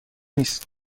است